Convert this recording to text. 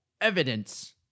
evidence